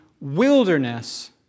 wilderness